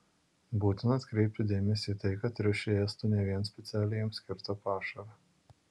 būtina atkreipti dėmesį į tai kad triušiai ėstų ne vien specialiai jiems skirtą pašarą